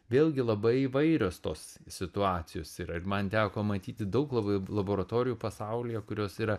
vėlgi labai įvairios tos situacijos yra ir man teko matyti daug labai laboratorijų pasaulyje kurios yra